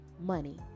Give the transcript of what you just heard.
money